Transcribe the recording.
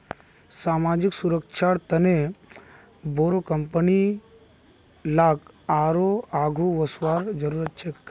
सामाजिक सुरक्षार तने बोरो कंपनी लाक आरोह आघु वसवार जरूरत छेक